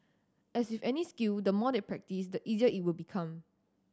as with any skill the more they practise the easier it will become